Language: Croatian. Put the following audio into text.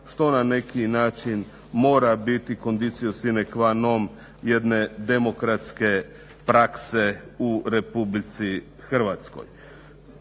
što na neki način mora biti conditio sine quanon jedne demokratske prakse u Republici Hrvatskoj.